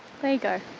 there you go.